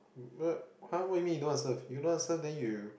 wha~ !huh! what you mean you don't want serve you don't want serve then you